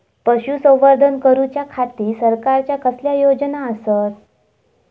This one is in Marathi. पशुसंवर्धन करूच्या खाती सरकारच्या कसल्या योजना आसत?